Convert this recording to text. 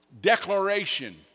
declaration